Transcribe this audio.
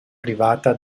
privata